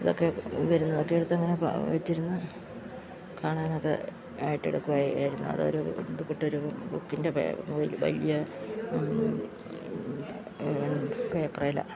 അതൊക്കെ വരുന്നതൊ ക്കെ എടുത്ത് അങ്ങനെ വച്ചിരുന്നു കാണാനൊക്കെ ആയിട്ട് എടുക്കുമായിരുന്നു അതൊരു കുട്ടൊരു ബുക്കിൻ്റെ വലിയ പേപ്പറിൽ